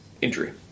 injury